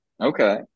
Okay